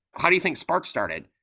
how do you think spark started?